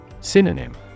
Synonym